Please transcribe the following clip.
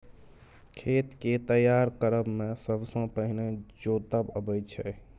खेत केँ तैयार करब मे सबसँ पहिने जोतब अबै छै